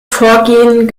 vorgehen